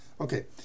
okay